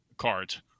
cards